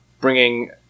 bringing